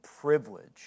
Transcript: privilege